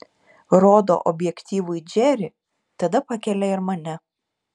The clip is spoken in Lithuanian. rodo objektyvui džerį tada pakelia ir mane